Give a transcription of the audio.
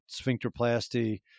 sphincterplasty